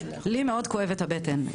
לי מאוד כואבת הבטן,